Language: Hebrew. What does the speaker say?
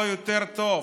לא יותר טוב.